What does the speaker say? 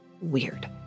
weird